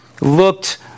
looked